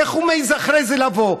איך הוא מעז אחרי זה לבוא?